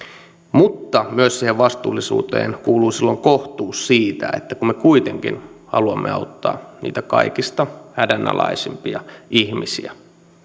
mutta myös siihen vastuullisuuteen kuuluu silloin kohtuus eli kun me kuitenkin haluamme auttaa niitä kaikista hädänalaisimpia ihmisiä